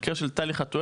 כמו במקרה של טלי חטואל.